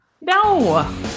No